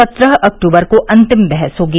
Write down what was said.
सत्रह अक्टूबर को अंतिम बहस होगी